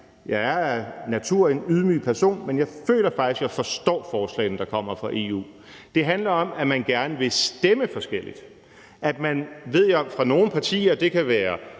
Jeg er af natur en ydmyg person, men jeg føler faktisk, at jeg forstår forslagene, der kommer fra EU. Det handler om, at man gerne vil stemme forskelligt, at man, ved jeg, fra nogle partier – det kan være